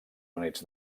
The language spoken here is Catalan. units